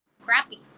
crappy